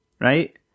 right